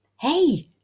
hey